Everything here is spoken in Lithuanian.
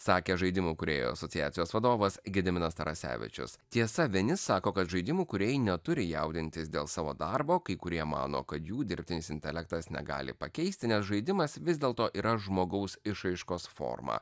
sakė žaidimų kūrėjų asociacijos vadovas gediminas tarasevičius tiesa vieni sako kad žaidimų kūrėjai neturi jaudintis dėl savo darbo kai kurie mano kad jų dirbtinis intelektas negali pakeisti nes žaidimas vis dėl to yra žmogaus išraiškos forma